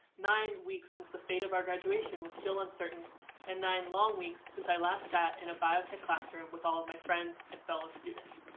nine weeks since the fate of our graduation was still uncertain and nine long weeks since i last sat in a biotech classroom with all of my friends and fellow students.